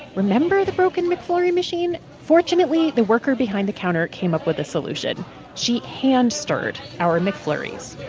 remember the broken mcflurry machine? fortunately, the worker behind the counter came up with a solution she hand stirred our mcflurries